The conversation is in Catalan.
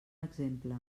exemple